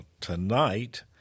tonight